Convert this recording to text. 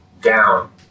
down